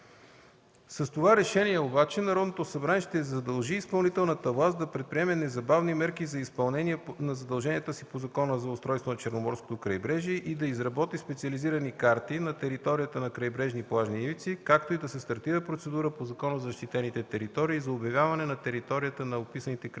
С това решение обаче Народното събрание ще задължи изпълнителната власт да предприеме незабавни мерки за изпълнение на задълженията си по Закона за устройството на Черноморското крайбрежие и да изработи специализирани карти на територията на крайбрежни плажни ивици, както и да се стартира процедура по Закона за защитените територии за обявяване на територията на описаните крайбрежни